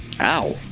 Ow